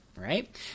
Right